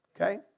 Okay